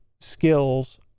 skills